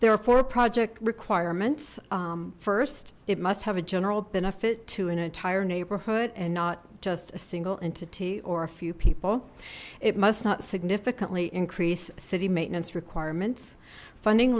are four project requirements first it must have a general benefit to an entire neighborhood and not just a single entity or a few people it must not significantly increase city maintenance requirements funding